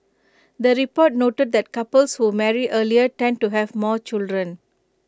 the report noted that couples who marry earlier tend to have more children